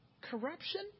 corruption